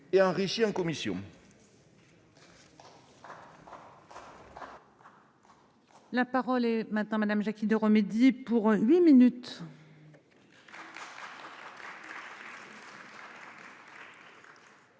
et enrichi en commission.